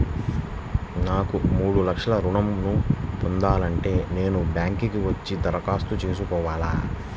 నాకు మూడు లక్షలు ఋణం ను పొందాలంటే నేను బ్యాంక్కి వచ్చి దరఖాస్తు చేసుకోవాలా?